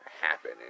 happen